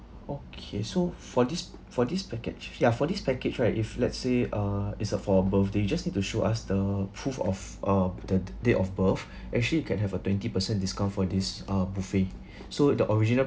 okay so for this for this package ya for this package right if let's say uh is uh for a birthday you just need to show us the proof of uh the date of birth actually you can have a twenty percent discount for this uh buffet so the original